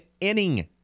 inning